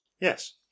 Yes